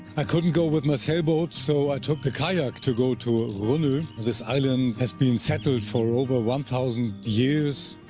i couldn't go with my sailboat, so i took a kayak to go to ah runno. this island has been settled for over one thousand years.